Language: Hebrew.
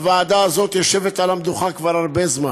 הוועדה הזאת יושבת על המדוכה כבר הרבה זמן,